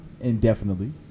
indefinitely